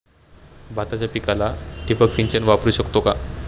भाताच्या पिकाला ठिबक सिंचन वापरू शकतो का?